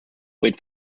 wait